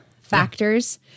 factors